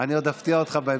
אני עוד אפתיע אותך בהמשך.